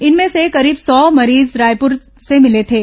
इनमें से करीब सौ मरीज रायपुर जिले से मिले थे